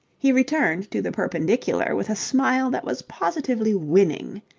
he returned to the perpendicular with a smile that was positively winning.